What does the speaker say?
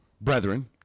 brethren